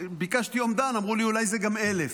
ביקשתי אומדן, אמרו לי אולי זה גם אלף.